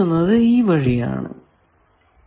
എന്നത് ഈ വഴി ആണ്